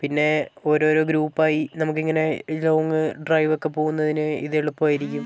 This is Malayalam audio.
പിന്നെ ഓരോരോ ഗ്രൂപ്പായി നമുക്ക് ഇങ്ങനെ ലോങ്ങ് ഡ്രൈവൊക്കെ പോകുന്നതിന് ഇത് എളുപ്പമായിരിക്കും